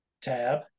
tab